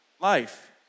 life